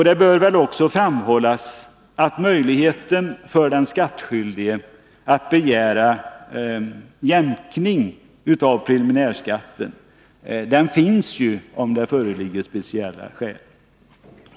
Det bör väl också framhållas att möjligheten för den skattskyldige att begära jämkning av preliminärskatten kan användas, om det föreligger speciella skäl.